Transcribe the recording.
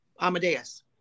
Amadeus